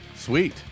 Sweet